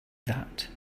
that